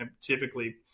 typically